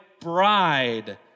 bride